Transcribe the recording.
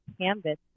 canvas